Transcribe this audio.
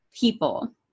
people